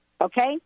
Okay